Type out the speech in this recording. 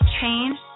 Change